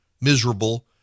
miserable